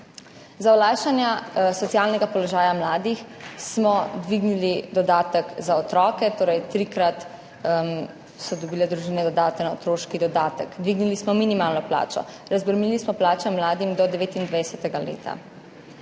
Za olajšanje socialnega položaja mladih smo dvignili dodatek za otroke. Torej, družine so trikrat dobile dodaten otroški dodatek. Dvignili smo minimalno plačo. Razbremenili smo plače mladim do 29. leta.